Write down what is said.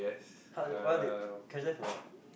!huh! what did catch them for what